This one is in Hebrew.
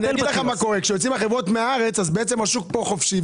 מה שקורה פה זה שכשיוצאות החברות מהארץ השוק נהיה חופשי,